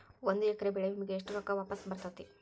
ಒಂದು ಎಕರೆ ಬೆಳೆ ವಿಮೆಗೆ ಎಷ್ಟ ರೊಕ್ಕ ವಾಪಸ್ ಬರತೇತಿ?